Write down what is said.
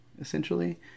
essentially